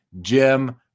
Jim